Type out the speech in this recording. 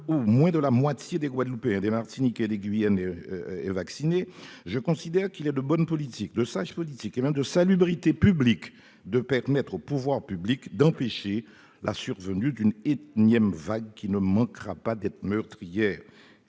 où moins de la moitié des Guadeloupéens, des Martiniquais et des Guyanais sont vaccinés, je considère qu'il est de bonne et sage politique, et même de salubrité publique, de permettre aux pouvoirs publics d'empêcher la survenue d'une énième vague qui ne manquera pas d'être meurtrière.